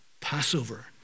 Passover